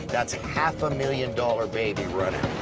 that's a half a million dollar baby running.